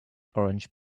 orange